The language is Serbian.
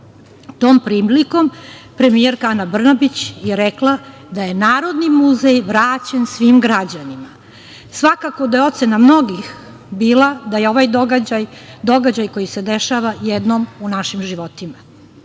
Tom prilikom premijerka Ana Brnabić je rekla da je Narodni muzej vraćen svim građanima. Svakako da je ocena mnogih bila da je ovaj događaj događaj koji se dešava jednom u našim životima. Takođe,